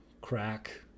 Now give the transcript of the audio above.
crack